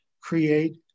create